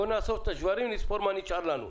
בואו נאסוף את השברים ונספור מה נשאר לנו.